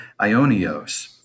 Ionios